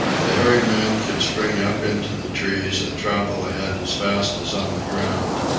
the hairy man could spring up into the trees and travel ahead as fast as on the ground,